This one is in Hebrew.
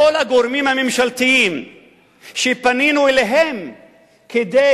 כל הגורמים הממשלתיים שפנינו אליהם כדי